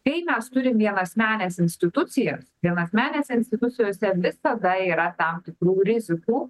kai mes turim vienasmenės institucijas vienasmenės institucijose visada yra tam tikrų rizikų